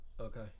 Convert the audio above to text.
Okay